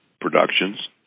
productions